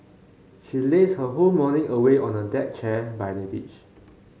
she lazed her whole morning away on a deck chair by the beach